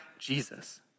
Jesus